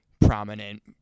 prominent